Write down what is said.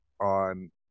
on